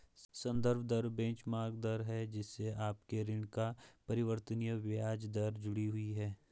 संदर्भ दर बेंचमार्क दर है जिससे आपके ऋण पर परिवर्तनीय ब्याज दर जुड़ी हुई है